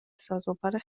سازوکار